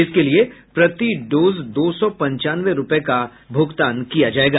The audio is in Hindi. इसके लिए प्रति डोज दो सौ पंचानवे रूपये का भूगतान किया जायेगा